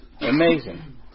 Amazing